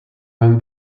when